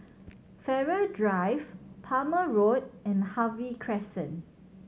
Farrer Drive Palmer Road and Harvey Crescent